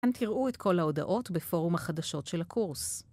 אתם תראו את כל ההודעות בפורום החדשות של הקורס.